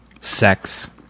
sex